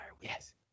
Yes